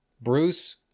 Bruce